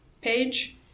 page